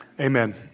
Amen